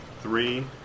three